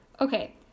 okay